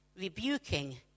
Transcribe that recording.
rebuking